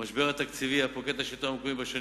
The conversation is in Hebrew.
המשבר התקציבי הפוקד את השלטון המקומי בשנים